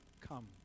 come